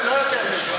לא יותר מזה.